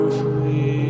free